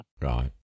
Right